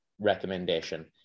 recommendation